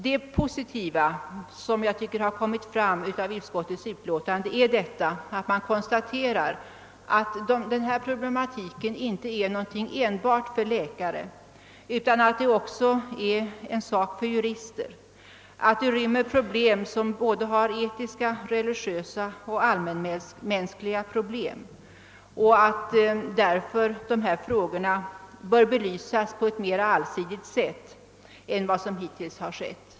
Det positiva med utlåtandet är att man konstaterar att denna problematik inte enbart är någonting som angår läkare, utan att det också är en sak för jurister, att frågan rymmer problem som har både etiska, religiösa och allmänmänskliga aspekter och att den därför bör belysas på ett mera allsidigt sätt än vad som hittills skett.